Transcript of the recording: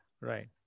right